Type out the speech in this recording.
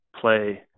play